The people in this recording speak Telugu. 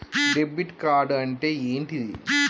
డెబిట్ కార్డ్ అంటే ఏంటిది?